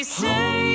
say